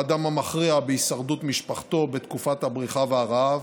שהיה האדם המכריע בהישרדות משפחתו בתקופת הבריחה והרעב,